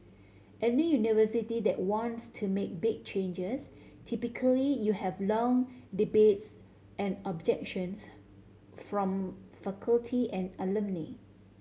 any university that wants to make big changes typically you have long debates and objections from faculty and alumni